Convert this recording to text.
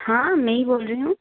हाँ मैं ही बोल रही हूँ